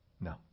No